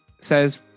says